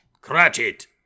Cratchit